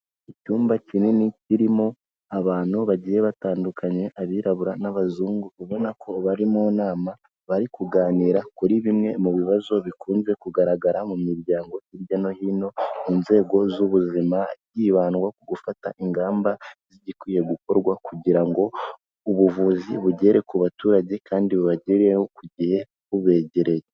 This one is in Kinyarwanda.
Icyumba kinini kirimo abantu bagiye batandukanye, abirabura n'abazungu, ubona ko bari mu nama bari kuganira kuri bimwe mu bibazo bikunze kugaragara mu miryango hirya no hino mu nzego z'ubuzima, hibandwa ku gufata ingamba zigikwiye gukorwa, kugira ngo ubuvuzi bugere ku baturage kandi bubagereho ku gihe bubegereye.